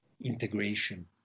integration